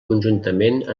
conjuntament